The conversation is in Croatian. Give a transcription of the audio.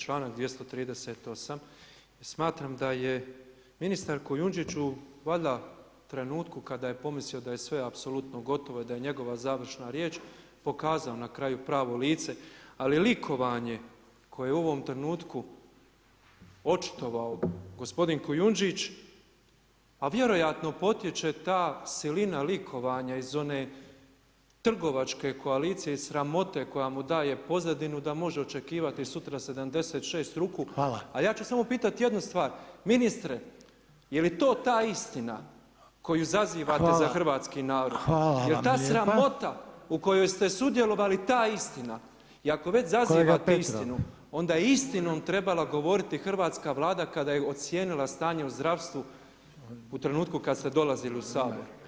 članak 238. i smatram da je ministar Kujundžić u valjda trenutku kada je pomislio da je sve apsolutno gotovo i da je njegova završna riječ pokazao na kraju pravo lice ali likovanje koje je u ovom trenutku očitovao gospodin Kujundžić, a vjerojatno potječe ta silina likovanja iz one trgovačke koalicije i sramote koja mu daje pozadinu da može očekivati sutra 76 ruku [[Upadica: Hvala.]] al ja ću pitat samo jednu stvar, ministre je li to ta istina koju zazivate [[Upadica: Hvala.]] za hrvatski narod [[Upadica: Hvala vam lijepa.]] jer ta sramota u kojoj ste sudjelovali ta istina i ako već zazivate istinu [[Upadica: Kolega Petrov.]] onda je istinu trebala govoriti hrvatska Vlada kada je ocijenila stanje u zdravstvu u trenutku kada ste dolazili u Sabor.